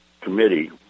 committee